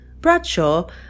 Bradshaw